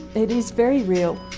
it is very real,